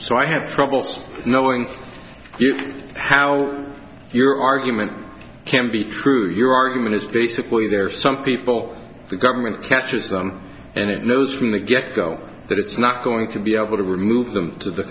so i have trouble knowing how your argument can be true your argument is basically there are some people the government catches them and it knows from the get go that it's not going to be able to remove them to the